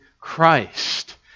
Christ